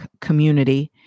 community